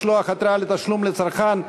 משלוח התראת תשלום לצרכן),